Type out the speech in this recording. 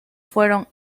fueron